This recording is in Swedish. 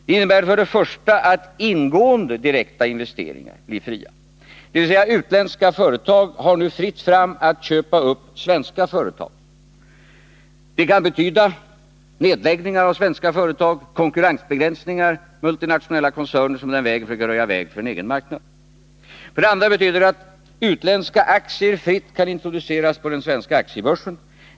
Det innebär för det första att ingående direkta investeringar blir fria, dvs. det blir fritt fram för utländska företag att köpa upp svenska företag. Det kan betyda att det blir nedläggningar av svenska företag, att det sker konkurrensbegränsningar och att multinationella koncerner på detta sätt försöker röja vägen för en egen marknad. För det andra betyder det att utländska aktier fritt kan introduceras på den svenska aktiebörsen.